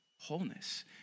wholeness